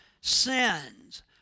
sins